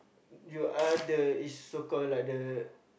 you are the is so called like the